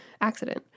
accident